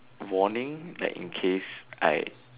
warning like in case I